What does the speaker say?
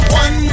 one